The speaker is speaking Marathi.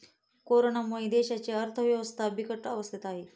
कोरोनामुळे देशाची अर्थव्यवस्था बिकट अवस्थेत आहे